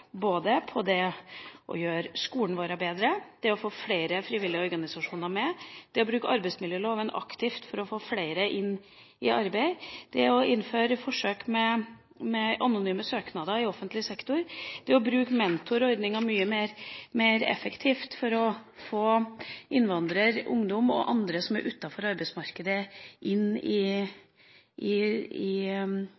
både når det gjelder å gjøre skolen vår bedre, det å få flere frivillige organisasjoner med, det å bruke arbeidsmiljøloven aktivt for å få flere i arbeid, det å innføre forsøk med anonyme søknader i offentlig sektor, og det å bruke mentorordninger mye mer effektivt for å få innvandrerungdom og andre som er utenfor arbeidsmarkedet, inn i